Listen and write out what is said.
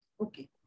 Okay